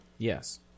Yes